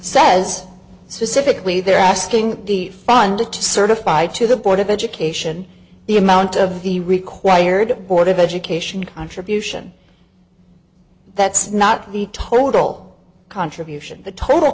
says specifically they're asking the funder to certify to the board of education the amount of the required board of education contribution that's not the total contribution the total